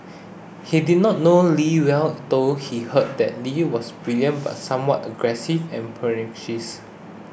he did not know Lee well though he heard that Lee was brilliant but somewhat aggressive and pugnacious